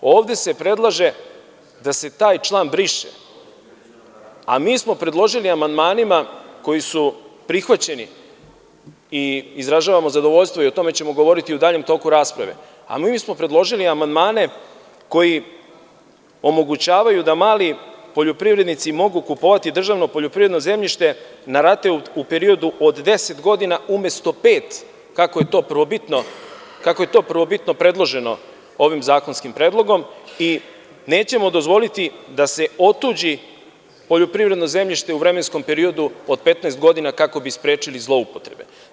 Ovde se predlaže da se taj član briše, a mi smo predložili amandmanima koji su prihvaćeni i izražavamo zadovoljstvo i o tome ćemo govoriti u daljem toku rasprave, a mi smo predložili amandmane koji omogućavaju da mali poljoprivrednici mogu kupovati državno poljoprivredno zemljište na rate u periodu od 10 godina umesto pet godina, kako je to prvobitno predloženo ovim zakonskim predlogom i nećemo dozvoliti da se otuđi poljoprivredno zemljište u vremenskom periodu od 15 godina kako bi sprečili zloupotrebe.